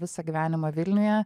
visą gyvenimą vilniuje